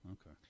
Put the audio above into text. Okay